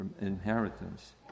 inheritance